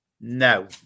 No